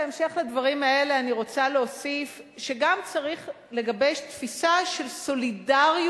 בהמשך לדברים האלה אני רוצה להוסיף שגם צריך לגבש תפיסה של סולידריות